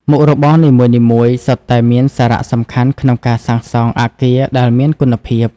មុខរបរនីមួយៗសុទ្ធតែមានសារៈសំខាន់ក្នុងការកសាងអគារដែលមានគុណភាព។